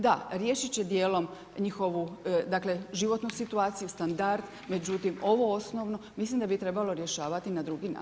Da, riješit će dijelom njihovu, dakle životnu situaciju, standard, međutim ovo osnovno, mislim da bi trebalo rješavati na drugi način.